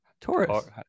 Taurus